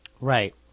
right